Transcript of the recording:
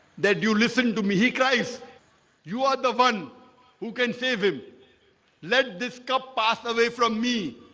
that you listen to me. he christ you are the one who can save him let this cup pass away from me.